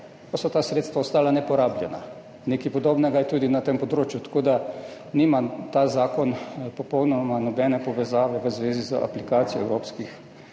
so ta sredstva ostala neporabljena. Nekaj podobnega je tudi na tem področju, tako da ta zakon nima popolnoma nobene povezave v zvezi z aplikacijo evropskih